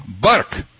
Bark